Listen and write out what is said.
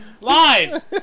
Lies